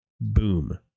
Boom